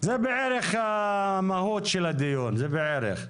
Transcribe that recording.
זה בערך המהות של הדיון, זה בערך.